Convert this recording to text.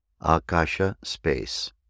akasha-space